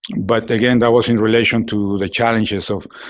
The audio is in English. but again, that was in relation to the challenges of